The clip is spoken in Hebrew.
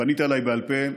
פנית אליי בעל פה,